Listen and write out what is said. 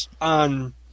on